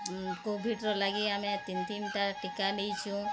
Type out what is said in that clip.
କୋଭିଡ଼ର ଲାଗି ଆମେ ତିନିତିନି ଟା ଟୀକା ନେଇଛୁ